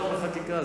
בחקיקה.